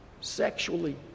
sexually